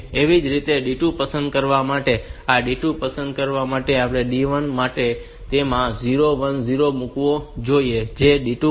એ જ રીતે D2 પસંદ કરવા માટે આ D2 પસંદ કરવા માટે D1 માટે તેમાં 010 મૂકવો જોઈએ જે D2 માટે છે